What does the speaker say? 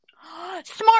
Smart